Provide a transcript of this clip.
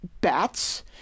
bats